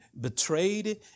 betrayed